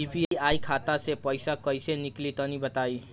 UPI खाता से पइसा कइसे निकली तनि बताई?